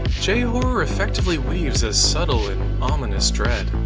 j-horror effectively weaves a subtle and ominous dread.